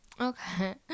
Okay